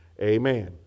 Amen